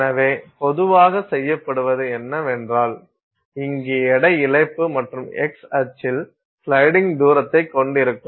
எனவே பொதுவாக செய்யப்படுவது என்னவென்றால் இங்கே எடை இழப்பு மற்றும் x அச்சில் ஸ்லைடிங் தூரத்தைக் கொண்டிருக்கும்